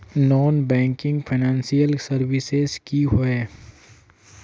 Non banking financial services की होय?